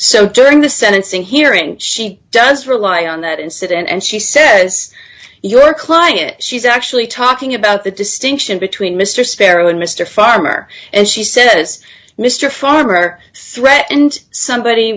so during the sentencing hearing she does rely on that incident and she says your client she's actually talking about the distinction between mr sparrow and mr farmer and she says mr farmer threatened somebody